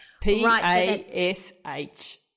P-A-S-H